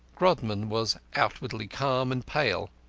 grodman was outwardly calm and pale,